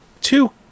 Two